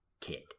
kid